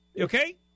Okay